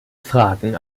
fragen